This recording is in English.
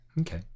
okay